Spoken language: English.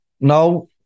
now